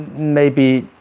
maybe